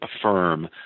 affirm